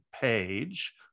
page